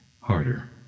harder